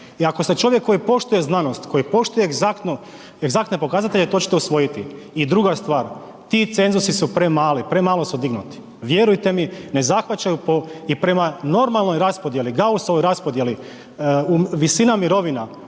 I ako ste čovjek koji poštuje znanost, koji poštuje egzaktno, egzaktne pokazatelje, to ćete usvojiti. I druga stvar, ti cenzusi su premali, premalo su dignuti, vjerujte mi ne zahvaćaju po i prema normalnoj raspodjeli, Gaussovoj raspodjeli, visina mirovina,